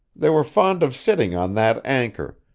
they were fond of sitting on that anchor,